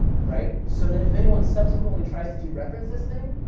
right. so that if anyone subsequently tries to dereference this thing,